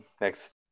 Next